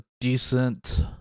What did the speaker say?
decent